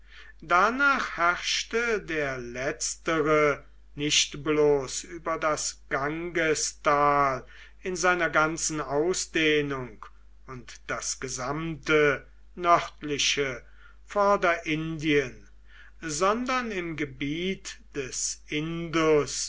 danach herrschte der letztere nicht bloß über das gangestal in seiner ganzen ausdehnung und das gesamte nördliche vorderindien sondern im gebiet des indus